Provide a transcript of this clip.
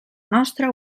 nostra